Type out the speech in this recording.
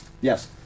yes